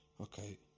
Okay